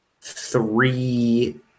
three